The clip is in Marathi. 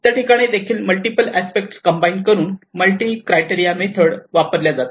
त्याठिकाणी देखील मल्टिपल अस्पेक्ट कंबाईन करून मल्टी क्राईटरिया मेथड वापरल्या जातात